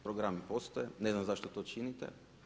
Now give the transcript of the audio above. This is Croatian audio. Programi postoje, ne znam zašto to činite.